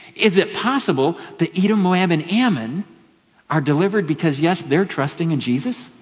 is it possible the edom, moab, and ammon are delivered because yes, they're trusting in jesus?